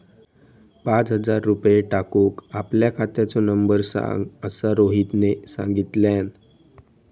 पाच हजार रुपये टाकूक आपल्या खात्याचो नंबर सांग असा रोहितने सांगितल्यान